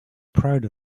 proud